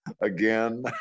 again